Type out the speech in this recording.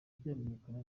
byamenyekana